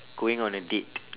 going on a date